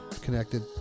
connected